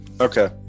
okay